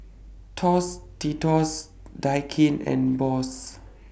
Tostitos Daikin and Bose